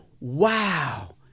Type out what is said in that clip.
wow